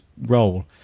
role